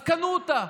אז קנו אותה.